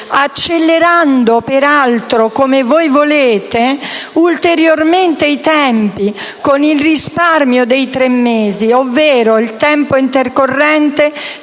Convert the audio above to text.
accelerando peraltro, come voi volete, ulteriormente i tempi con il risparmio dei tre mesi, ovvero il tempo intercorrente